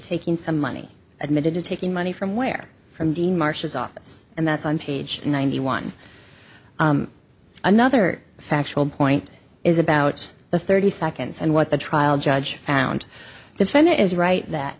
taking some money admitted to taking money from where from the marshals office and that's on page ninety one another factual point is about the thirty seconds and what the trial judge found defendant is right that